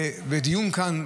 הדיון כאן,